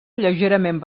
lleugerament